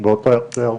באותו הקשר,